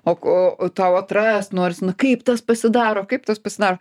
o o tau atrast norsi na kaip tas pasidaro kaip tas pasidaro